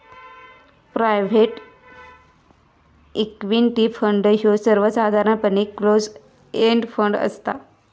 private equity fund ह्यो सर्वसाधारणपणे close end fund असता